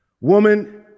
woman